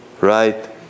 Right